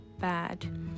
bad